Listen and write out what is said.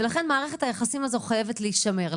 ולכן מערכת היחסים הזאת חייבת להישמר.